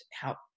help